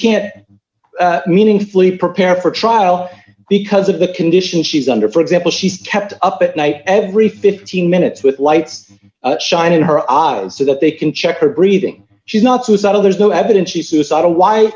can't meaningfully prepare for trial because of the condition she's under for example she's kept up at night every fifteen minutes with lights shine in her eyes so that they can check her breathing she's not suicidal there's no evidence she suicidal why